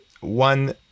one